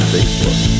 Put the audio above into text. Facebook